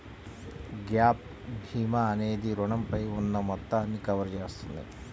gap భీమా అనేది రుణంపై ఉన్న మొత్తాన్ని కవర్ చేస్తుంది